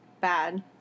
bad